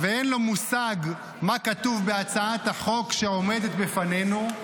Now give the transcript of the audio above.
ואין לו מושג מה כתוב בהצעת החוק שעומדת בפנינו,